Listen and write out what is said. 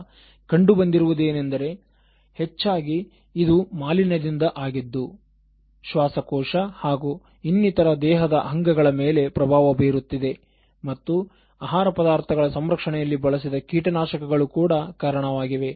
ಈಗ ಕಂಡು ಬಂದಿರುವುದೇನೆಂದರೆ ಹೆಚ್ಚಾಗಿ ಇದು ಮಾಲಿನ್ಯದಿಂದ ಆಗಿದ್ದು ಶ್ವಾಸಕೋಶ ಹಾಗೂ ಇನ್ನಿತರ ದೇಹದ ಅಂಗಗಳ ಮೇಲೆ ಪ್ರಭಾವ ಬೀರುತ್ತಿದೆ ಮತ್ತು ಆಹಾರ ಪದಾರ್ಥಗಳ ಸಂರಕ್ಷಣೆಯಲ್ಲಿ ಬಳಸಿದ ಕೀಟನಾಶಕಗಳು ಕೂಡ ಕಾರಣವಾಗಿವೆ